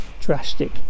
drastic